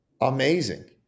amazing